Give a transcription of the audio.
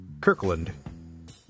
Kirkland